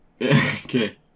okay